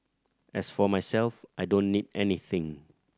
as for myself I don't need anything